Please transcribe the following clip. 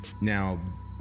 Now